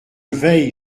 veille